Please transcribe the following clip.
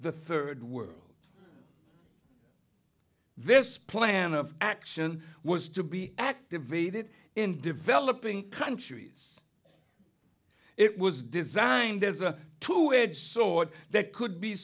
the third world this plan of action was to be activated in developing countries it was designed as a tool which sought that could be